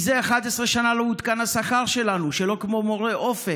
זה 11 שנה לא עודכן השכר שלנו, שלא כמו מורי אופק.